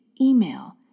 email